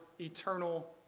eternal